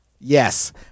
Yes